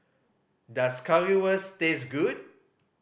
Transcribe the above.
does Currywurst taste good